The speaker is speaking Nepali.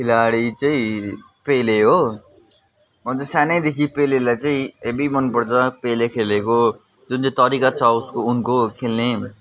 खेलाडी चाहिँ पेले हो म चाहिँ सानैदेखि पेलेलाई चाहिँ हेभी मनपर्छ पेले खेलेको जुन चाहिँ तरिका छ उसको उनको खेल्ने